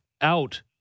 out